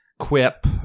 Quip